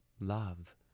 love